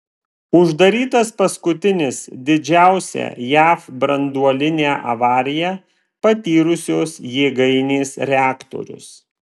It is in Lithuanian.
uždarytas paskutinis didžiausią jav branduolinę avariją patyrusios jėgainės reaktorius